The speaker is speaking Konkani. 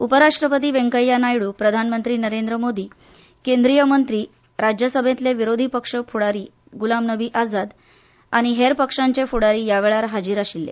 उपरराष्ट्रपती वेंकय्या नायडू प्रधानमंत्री नरेंद्र मोदी केंद्रीय मंत्री राज्यसभेतले विरोधी पक्ष फुडारी गुलाम नबी आझाद आनी हेर पक्षांचे फुडारी ह्या वेळार हजर आशिल्ले